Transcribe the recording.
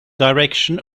direction